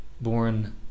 born